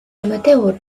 amateur